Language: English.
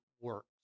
works